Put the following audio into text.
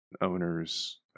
owners